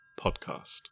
Podcast